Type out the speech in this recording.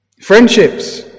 Friendships